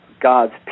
God's